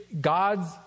God's